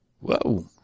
Whoa